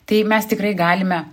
tai mes tikrai galime